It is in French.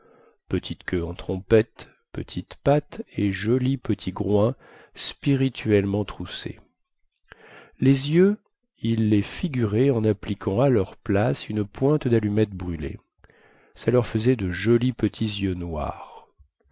petite queue en trompette petites pattes et joli petit groin spirituellement troussé les yeux il les figurait en appliquant à leur place une pointe dallumette brûlée ça leur faisait de jolis petits yeux noirs